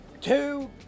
two